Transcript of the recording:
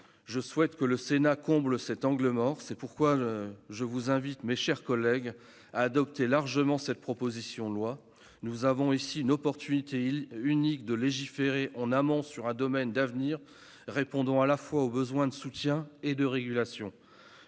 Je souhaite que le Sénat comble cet angle mort. C'est pourquoi, mes chers collègues, je vous invite à adopter largement cette proposition de loi. C'est une occasion unique de légiférer en amont sur un domaine d'avenir, en répondant à la fois aux besoins de soutien et de régulation.